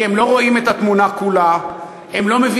כי הם לא רואים את התמונה כולה,